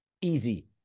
Easy